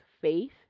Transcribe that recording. faith